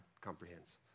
comprehends